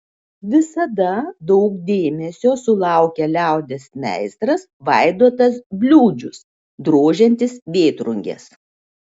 visada daug dėmesio sulaukia liaudies meistras vaidotas bliūdžius drožiantis vėtrunges